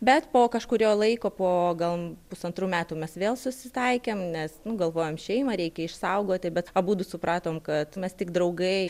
bet po kažkurio laiko po gal pusantrų metų mes vėl susitaikėm nes nu galvojom šeimą reikia išsaugoti bet abudu supratom kad mes tik draugai